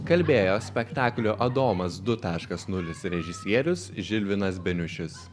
kalbėjo spektaklio adomas du taškas nulis režisierius žilvinas beniušis